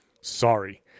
sorry